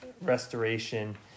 restoration